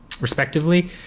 respectively